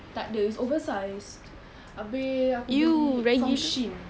tak ada it's oversized abeh aku beli from SHEIN